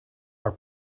are